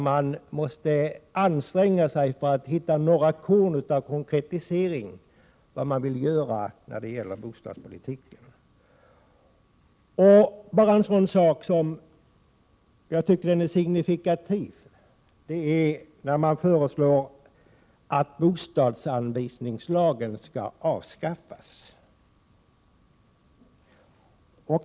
Man måste anstränga sig för att hitta några korn av konkretisering av vad de vill göra inom bostadspolitiken. En sak som jag tycker är signifikativ är förslaget att bostadsanvisningslagen skall avskaffas.